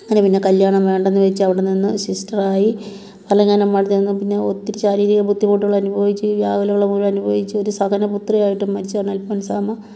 അങ്ങനെ പിന്നെ കല്യാണം വേണ്ടന്ന് വെച്ച് അവിടെ നിന്ന് സിസ്റ്റർ ആയി ഭരണങ്ങാനം അടുത്തുന്നു പിന്നെ ഒത്തിരി ശാരീരിക ബുദ്ധമുട്ടുകൾ അനുഭവിച്ച് യാതനകൾ മുഴുവൻ അനുഭവിച്ച് ഒരു സഹനപുത്രിയായിട്ട് മരിച്ചതാണ് അൽഫോൻസാമ്മ